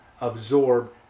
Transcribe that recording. Absorb